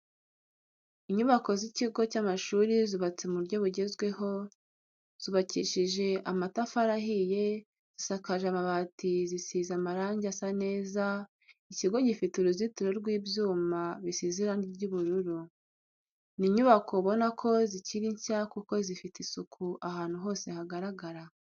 Inyubako z'ikigo cy'amashuri zubatse mu buryo bugezweho, zubakishije amatafari ahiye zisakaje amabati zisize amarange asa neza, ikigo gifite uruzitiro rw'ibyuma bisize irangi ry'ubururu. Ni inyubako ubona ko zikiri nshya kuko zifite isuku ahantu hose hagaragara.